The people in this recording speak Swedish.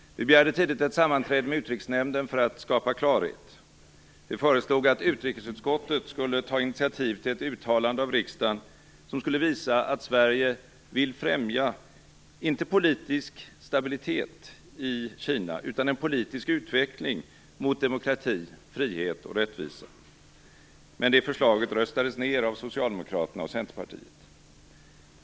Vi begärde tidigt ett sammanträde med Utrikesnämnden för att skapa klarhet. Vi föreslog att utrikesutskottet skulle ta initiativ till ett uttalande av riksdagen som skulle visa att Sverige vill främja inte politisk stabilitet i Kina utan en politisk utveckling mot demokrati, frihet och rättvisa, men det förslaget röstades ned av Socialdemokraterna och Centerpartiet.